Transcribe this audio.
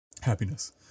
happiness